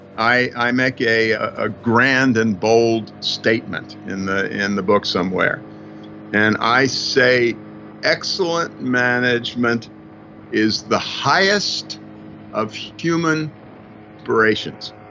i i make a ah grand and bold statement in the in the book somewhere and i say excellent management is the highest of human aspirations.